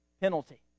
penalty